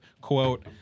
quote